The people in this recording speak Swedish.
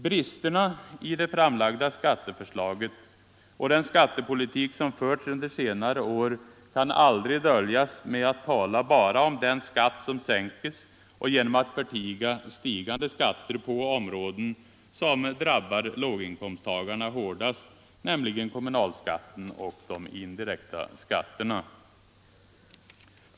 Bristerna i det framlagda skatteförslaget och den skattepolitik som förts under senare år kan man aldrig dölja med att tala bara om den skatt som sänks och genom att förtiga stigande skatter på områden som drabbar låginkomsttagarna hårdast, nämligen kommunalskatten och de indirekta skatterna.